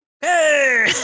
Hey